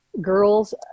girls